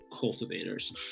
cultivators